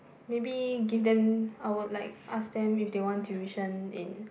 maybe give them I would like ask them if like they want tuition in